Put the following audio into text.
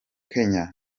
kenya